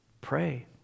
Pray